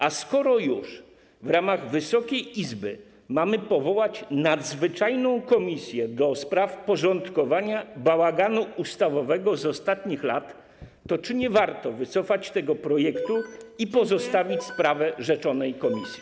A skoro już w ramach Wysokiej Izby mamy powołać nadzwyczajną komisję do spraw porządkowania bałaganu ustawowego z ostatnich lat, to czy nie warto wycofać tego projektu i pozostawić sprawę rzeczonej komisji?